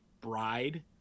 bride